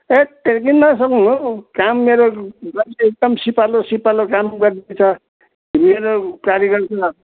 हत्तेरी किन नसक्नु हौ काम मेरो गर्ने एकदम सिपालु सिपालु काम गर्ने छ मेरो कारिगर त